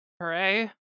Hooray